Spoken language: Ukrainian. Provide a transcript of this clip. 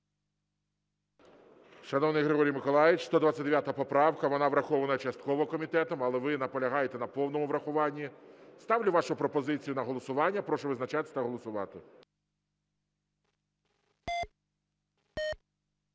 Шановний Григорій Миколайович, 129 поправка, вона врахована частково комітетом, але ви наполягаєте на повному врахуванні. Ставлю вашу пропозицію на голосування. Прошу визначатися та голосувати.